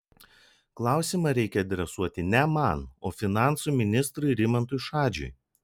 klausimą reikia adresuoti ne man o finansų ministrui rimantui šadžiui